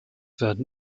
werden